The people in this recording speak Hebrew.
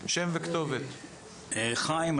חיים,